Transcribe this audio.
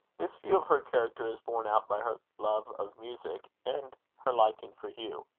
this view of her character is borne out by her love of music and her liking for hugh.